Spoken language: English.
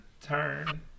turn